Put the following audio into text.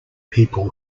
people